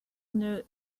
note